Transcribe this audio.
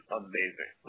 amazing